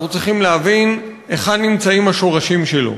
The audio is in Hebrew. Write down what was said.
צריכים להבין היכן נמצאים השורשים שלו: